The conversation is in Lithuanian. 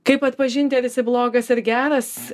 kaip atpažinti ar jisai blogas ar geras